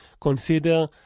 consider